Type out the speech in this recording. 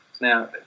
Now